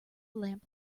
lamp